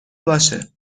باشه